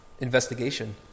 investigation